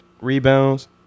rebounds